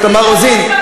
תמשיך.